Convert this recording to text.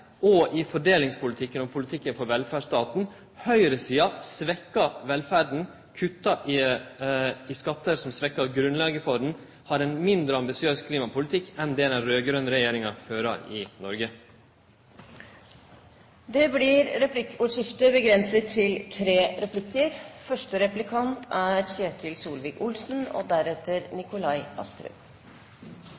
og i fordelingspolitikken og politikken for velferdsstaten. Høgresida svekkjer velferda, kuttar i skattar som svekkjer grunnlaget for han, og har ein mindre ambisiøs klimapolitikk enn det den raud-grøne regjeringa fører i Noreg. Det blir replikkordskifte. For det første: Representanten Solhjell er uryddig når han gjentatte ganger hevder at Høyre og